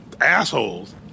assholes